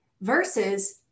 versus